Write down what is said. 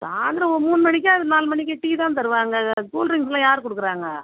சாய்ந்தரம் ஒரு மூணு மணிக்கு இல்லை நாலு மணிக்கு டீ தான் தருவாங்க இது கூல்ட்ரிங்க்ஸுலாம் யார் கொடுக்குறாங்க